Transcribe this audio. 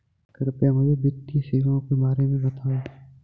कृपया मुझे वित्तीय सेवाओं के बारे में बताएँ?